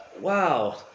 Wow